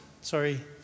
Sorry